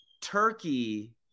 Turkey